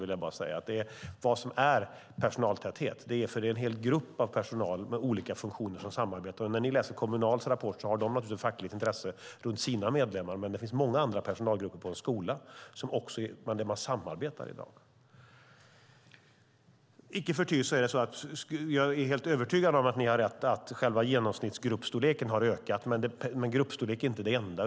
Det handlar om en hel grupp av personal med olika funktioner som samarbetar. Ni läser Kommunals rapport. De har naturligtvis ett fackligt intresse för sina medlemmar. Men det finns många andra personalgrupper på en skola som man samarbetar med i dag. Icke förty är jag helt övertygad om att ni har rätt i att själva genomsnittsgruppstorleken har ökat. Men gruppstorlek är inte det enda.